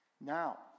Now